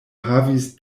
havis